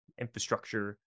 infrastructure